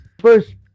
first